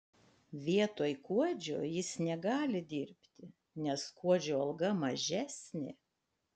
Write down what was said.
vietoj kuodžio jis negali dirbti nes kuodžio alga mažesnė